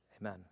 amen